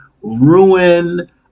Ruin